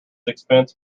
expense